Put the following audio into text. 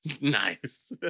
Nice